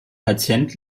patient